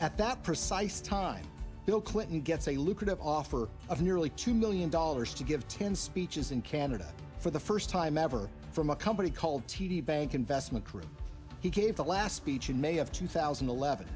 at that precise time bill clinton gets a lucrative offer of nearly two million dollars to give ten speeches in canada for the first time ever from a company called t d bank investment group he gave the last speech in may of two thousand and eleven